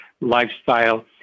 lifestyle